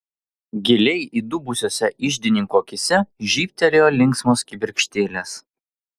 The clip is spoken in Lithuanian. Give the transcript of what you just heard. giliai įdubusiose iždininko akyse žybtelėjo linksmos kibirkštėlės